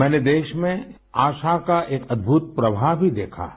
मैंने देश में आशा का एक अद्भुत प्रवाह भी देखा है